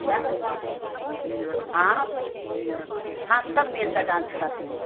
क्या हाँ हाँ सब मेर का डांस सिखाती हूँ